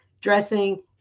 dressing